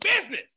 business